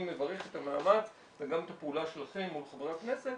מברך את המאמץ וגם את הפעולה שלכם מול חברי הכנסת,